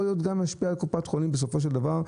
גם להשפיע על קופות החולים בסופו של דבר,